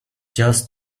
just